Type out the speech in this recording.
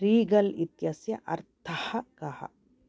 Regal इत्यस्य अर्थः कः